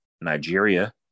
Nigeria